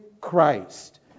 Christ